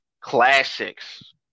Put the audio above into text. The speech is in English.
classics